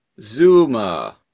zuma